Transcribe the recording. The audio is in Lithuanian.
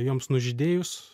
joms nužydėjus